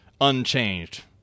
unchanged